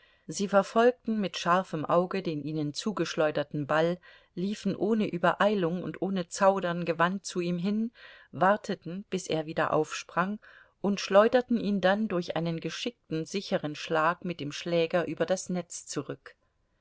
sie verfolgten mit scharfem auge den ihnen zugeschleuderten ball liefen ohne übereilung und ohne zaudern gewandt zu ihm hin warteten bis er wieder aufsprang und schleuderten ihn dann durch einen geschickten sicheren schlag mit dem schläger über das netz zurück